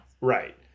Right